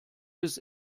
bis